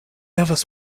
havas